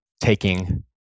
taking